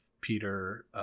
Peter